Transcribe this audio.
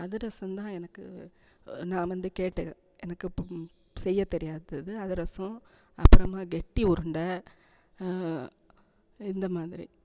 அதிரசம்தான் எனக்கு நான் வந்து கேட்டேன் எனக்கு செய்யத் தெரியாதது அதிரசம் அப்புறமா கெட்டி உருண்டை இந்தமாதிரி